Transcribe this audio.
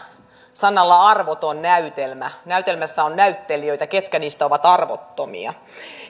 sanoilla arvoton näytelmä näytelmässä on näyttelijöitä ketkä heistä ovat arvottomia